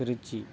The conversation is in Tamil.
திருச்சி